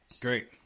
Great